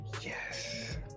Yes